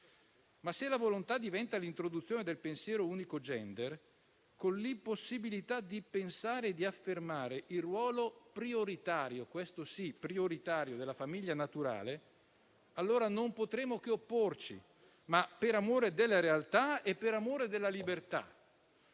Se però la volontà diventa l'introduzione del pensiero unico *gender*, con l'impossibilità di pensare e affermare il ruolo prioritario - questo sì - della famiglia naturale, allora non potremo che opporci, per amore della realtà e della libertà.